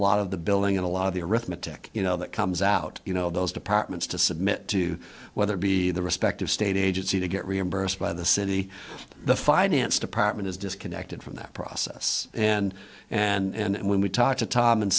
lot of the billing and a lot of the arithmetic you know that comes out you know those departments to submit to whether be the respective state agency to get reimbursed by the city the finance department is disconnected from that process and and when we talk to tom and